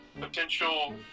potential